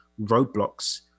roadblocks